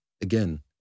Again